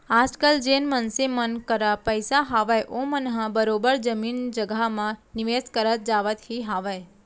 आजकल जेन मनसे मन करा पइसा हावय ओमन ह बरोबर जमीन जघा म निवेस करत जावत ही हावय